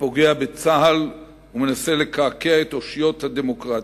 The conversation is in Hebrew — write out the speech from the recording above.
הפוגע בצה"ל ומנסה לקעקע את אושיות הדמוקרטיה.